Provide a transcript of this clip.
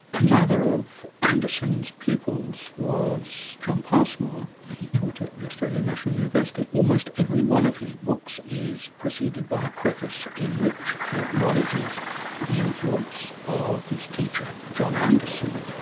another of anderson's pupils was john passmore, and he taught at the australian national university. almost every one of his books is preceded by a preface in which he acknowledges the influence of his teacher, john anderson,